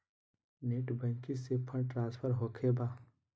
Net banking से fund transfer होखें बा?